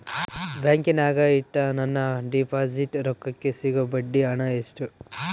ಬ್ಯಾಂಕಿನಾಗ ಇಟ್ಟ ನನ್ನ ಡಿಪಾಸಿಟ್ ರೊಕ್ಕಕ್ಕೆ ಸಿಗೋ ಬಡ್ಡಿ ಹಣ ಎಷ್ಟು?